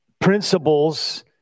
principles